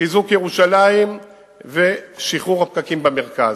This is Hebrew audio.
חיזוק ירושלים ושחרור הפקקים במרכז.